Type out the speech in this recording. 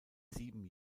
sieben